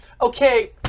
okay